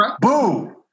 Boo